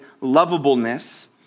lovableness